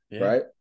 right